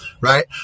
right